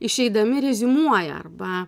išeidami reziumuoja arba